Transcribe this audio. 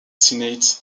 senate